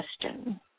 question